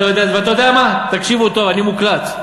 ואתה יודע מה, תקשיבו טוב, אני מוקלט.